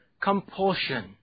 compulsion